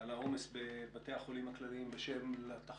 צהריים טובים,